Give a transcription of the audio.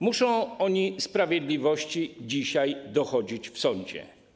Muszą oni sprawiedliwości dzisiaj dochodzić w sądzie.